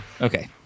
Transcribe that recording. Okay